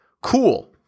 Cool